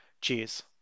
Cheers